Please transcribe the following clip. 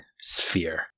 sphere